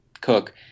Cook